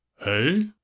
Hey